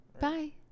Bye